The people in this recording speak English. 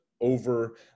over